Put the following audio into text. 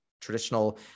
traditional